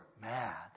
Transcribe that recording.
mad